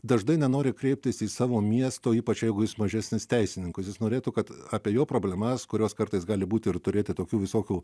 dažnai nenori kreiptis į savo miesto ypač jeigu jis mažesnis teisininkų jis norėtų kad apie jo problemas kurios kartais gali būti ir turėti tokių visokių